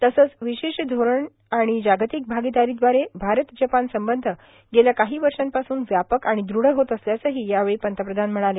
तसंच विशेष धोरण आणि जागतिक भागीदारीद्वारे भारत जपान संबंध गेल्या काही वर्षापासून व्यापक आणि द्रढ होत असल्याचही यावेळी पंतप्रधान म्हणाले